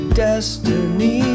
destiny